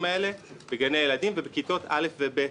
האלו בגני הילדים ובכיתות א' ו-ב',